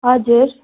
हजुर